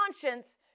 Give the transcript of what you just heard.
conscience